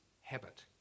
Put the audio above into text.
habit